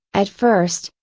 at first,